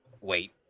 Wait